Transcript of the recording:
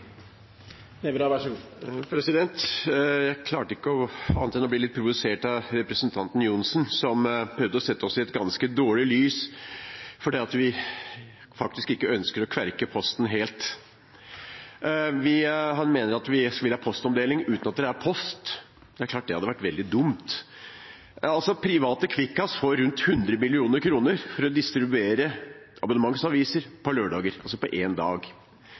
Jeg klarte ikke annet enn å bli litt provosert av representanten Johnsen, som prøvde å sette oss i et ganske dårlig lys fordi vi faktisk ikke ønsker å kverke Posten helt. Han mener at vi vil ha postomdeling uten at det er post. Det er klart at det hadde vært veldig dumt. Private Kvikkas får rundt 100 mill. kr for å distribuere abonnementsaviser på lørdager – altså for én dag.